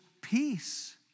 peace